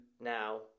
now